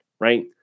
right